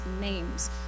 names